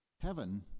Heaven